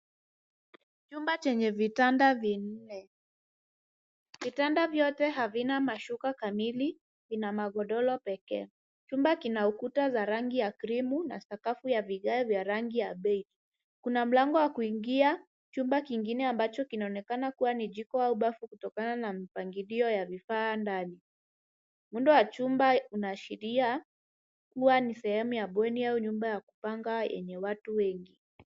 Chumba chenye vitanda vinne. Vitanda vyote havina mashuka kamili, vina magodoro pekee. Chumba kina ukuta za rangi ya krimu na sakafu ya vigae vya rangi ya beige . Kuna mlango wa kuingia chumba kingine ambacho kinaonekana kuwa ni jiko au bafu kutokana na mipangilio ya vifaa ndani. Muundo wa chumba unaashiria kuwa ni sehemu ya bweni au nyumba ya kupanga yenye watu wengi.